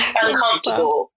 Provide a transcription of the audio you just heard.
uncomfortable